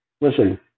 Listen